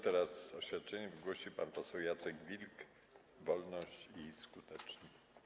Teraz oświadczenie wygłosi pan poseł Jacek Wilk, Wolność i Skuteczni.